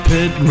Pit